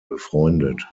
befreundet